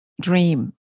dream